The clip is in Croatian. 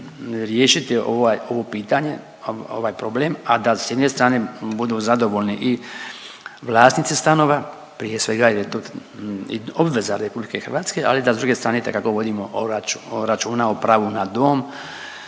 riješiti ovo pitanje, ovaj problem, a da s jedne strane budu zadovoljni i vlasnici stanova prije svega jer je to i obveza Republike Hrvatske, ali da s druge strane itekako vodimo računa o pravu na dom